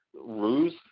ruse